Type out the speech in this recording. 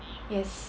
yes